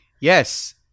Yes